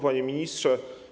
Panie Ministrze!